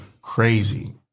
crazy